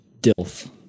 dilf